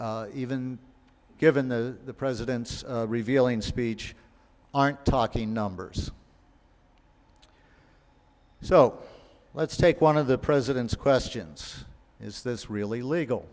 even given the president's revealing speech aren't talking numbers so let's take one of the president's questions is this really legal